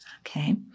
Okay